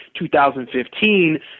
2015